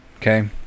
okay